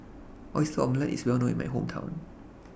Oyster Omelette IS Well known in My Hometown